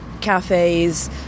cafes